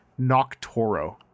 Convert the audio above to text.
Noctoro